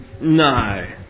no